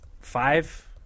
five